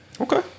okay